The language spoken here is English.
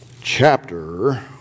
chapter